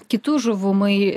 kitų žuvų mai